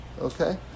okay